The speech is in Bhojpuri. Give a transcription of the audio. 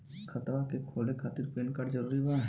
खतवा के खोले खातिर पेन कार्ड जरूरी बा?